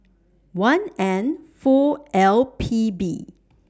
one N four L P B